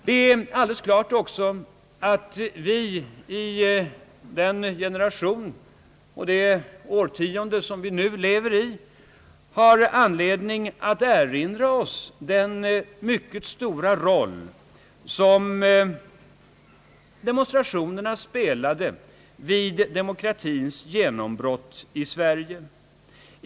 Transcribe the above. Det är också alldeles klart att vi i denna generation och i det årtionde vi nu lever i har anledning att erinra oss den mycket stora roll som demonstrationerna spelade vid demokratins genombrott i Sverige.